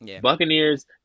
Buccaneers